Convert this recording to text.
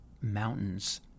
mountains